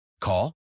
Call